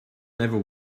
never